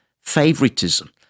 favoritism